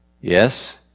yes